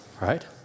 right